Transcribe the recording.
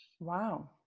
Wow